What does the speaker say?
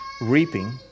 reaping